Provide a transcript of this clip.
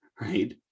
right